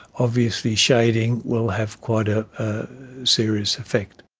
obviously shading will have quite a serious effect.